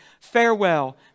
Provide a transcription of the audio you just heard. Farewell